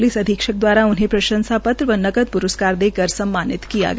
police अधीक्षक द्वारा उन्हें प्रंशसा पत्र व नकद प्रस्कार देकर सम्मानित किया गया